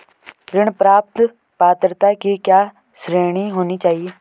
ऋण प्राप्त पात्रता की क्या श्रेणी होनी चाहिए?